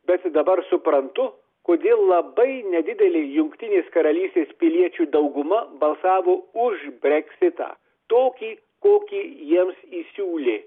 bet dabar suprantu kodėl labai nedidelė jungtinės karalystės piliečių dauguma balsavo už breksitą tokį kokį jiems įsiūlė